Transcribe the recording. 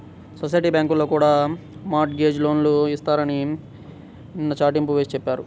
society బ్యాంకుల్లో కూడా mortgage లోన్లు ఇస్తున్నారని నిన్న చాటింపు వేసి చెప్పారు